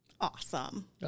Awesome